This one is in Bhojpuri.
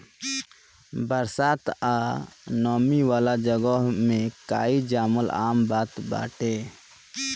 बरसात आ नमी वाला जगह में काई जामल आम बात बाटे